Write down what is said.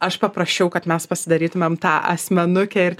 aš paprašiau kad mes pasidarytumėm tą asmenukę ir